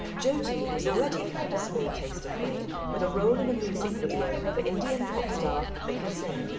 jyoti has already had a small taste of fame with a role in a music video for indian pop star mika singh.